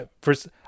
first